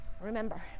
remember